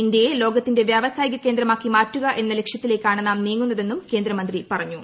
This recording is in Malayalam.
ഇന്ത്യയെ ലോകത്തിന്റെ വൃദ്വസ്മായിക കേന്ദ്രമാക്കി മാറ്റുക എന്ന ലക്ഷ്യത്തിലേക്കാണ് ് ഈ ം നീങ്ങുന്നതെന്നും കേന്ദ്രമന്ത്രി പറഞ്ഞു